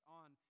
on